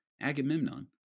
Agamemnon